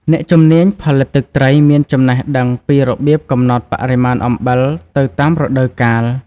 អ្នកជំនាញ ផលិតទឹកត្រីមានចំណេះដឹងពីរបៀបកំណត់បរិមាណអំបិលទៅតាមរដូវកាល។